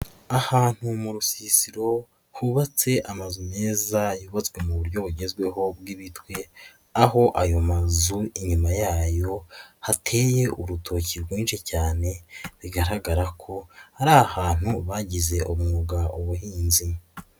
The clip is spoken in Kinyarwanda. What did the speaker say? Ahantu mu rusisiro hubatse amazu meza yubatswe mu buryo bugezweho bw'ibitwe, aho ayo mazu inyuma yayo hateye urutoki rwinshi cyane bigaragara ko hari ahantu bagize umwuga ubuhinzi.